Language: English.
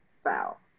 spell